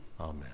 Amen